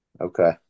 Okay